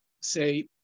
say